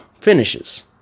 finishes